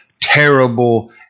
terrible